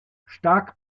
stark